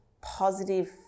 positive